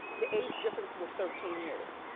the age difference was thirteen years,